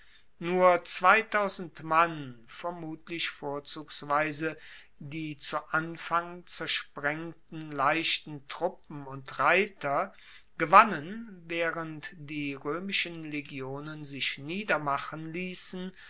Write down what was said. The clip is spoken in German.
nur zweitausend mann vermutlich vorzugsweise die zu anfang zersprengten leichten truppen und reiter gewannen waehrend die roemischen legionen sich niedermachen liessen